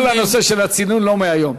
כל הנושא של הצינון לא מהיום,